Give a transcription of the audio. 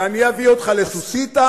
ואני אביא אותך לסוסיתא,